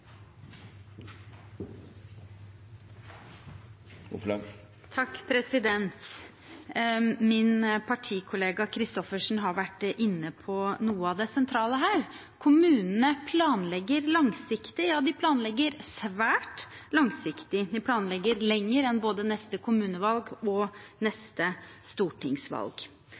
noe av det sentrale her. Kommunene planlegger langsiktig, ja, de planlegger svært langsiktig. De planlegger lenger enn til både neste kommunevalg og neste stortingsvalg.